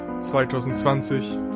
2020